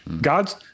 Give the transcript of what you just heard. God's